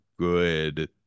Good